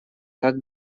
как